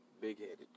big-headed